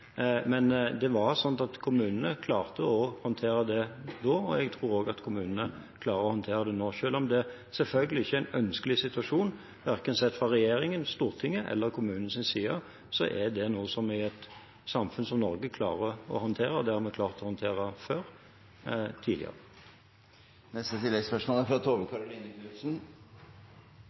Men kommunene klarte å håndtere det da, og jeg tror at kommunene klarer å håndtere det nå. Selv om det selvfølgelig ikke er en ønskelig situasjon, verken sett fra regjeringens, Stortingets eller kommunenes side, så er det noe som et samfunn som Norge klarer å håndtere. Det har vi klart å håndtere